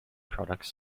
products